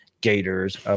Gators